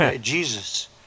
Jesus